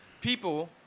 people